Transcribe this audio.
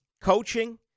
coaching